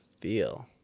feel